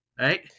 right